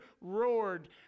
roared